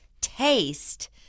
taste